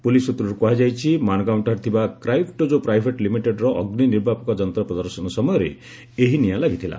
police ସୂତ୍ରରୁ କୁହାଯାଇଛି ମାନଗାଓଁଠାରେ ଥିବା କ୍ରାଇପ୍ଟଜୋ ପ୍ରାଇଭେଟ୍ ଲିମିଟେଡରେ ଅଗ୍ନି ନିର୍ବାପକ ଯନ୍ତ୍ର ପ୍ରଦର୍ଶନ ସମୟରେ ଏହି ନିଆଁ ଲାଗିଥିଲା